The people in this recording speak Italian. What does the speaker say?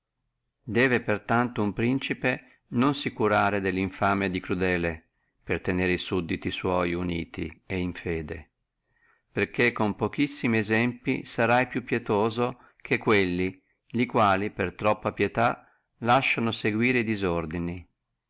per tanto uno principe non si curare della infamia di crudele per tenere e sudditi sua uniti et in fede perché con pochissimi esempli sarà più pietoso che quelli e quali per troppa pietà lasciono seguire e disordini